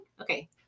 Okay